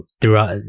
throughout